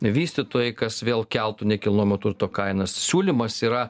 vystytojai kas vėl keltų nekilnojamo turto kainas siūlymas yra